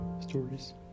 stories